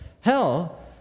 hell